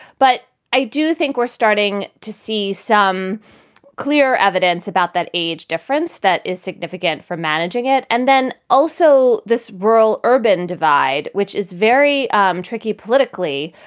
but i do think we're starting to see some clear evidence about that age difference. that is significant for managing it. and then also this rural. urban divide, which is very um tricky politically.